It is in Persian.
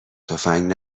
تفنگ